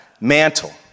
mantle